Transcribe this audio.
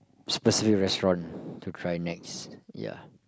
specific restaurant to try next ya